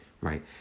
right